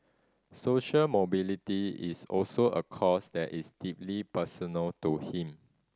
social mobility is also a cause that is deeply personal to him